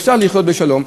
אפשר לחיות בשלום,